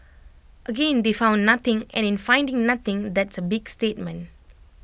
again they found nothing and in finding nothing that's A big statement